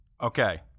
Okay